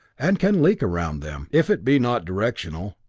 and can leak around them, if it be not directional.